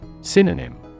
Synonym